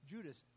Judas